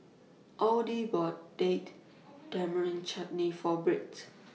Audy bought Date Tamarind Chutney For Britt